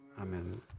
Amen